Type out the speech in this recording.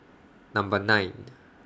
Number nine